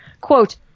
quote